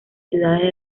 ciudades